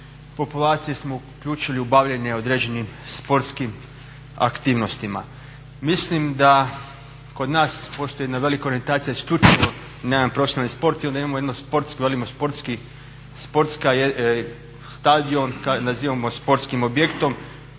populacije smo uključili u bavljenje određenim sportskim aktivnostima. Mislim da kod nas postoji jedna velika orijentacija isključivo na jedan profesionalni sport i onda velimo sportski stadion nazivamo sportskim objektom